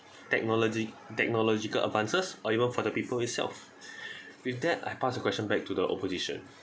technology technological advances or even for the people itself with that I pass a question back to the opposition